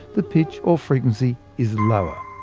the pitch or frequency is lower.